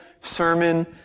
sermon